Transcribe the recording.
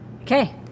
Okay